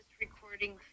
recording